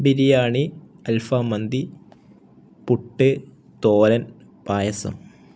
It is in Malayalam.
ബിരിയാണി അൽഫാം മന്തി പുട്ട് തോരൻ പായസം